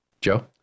Joe